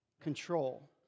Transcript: control